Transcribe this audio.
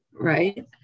Right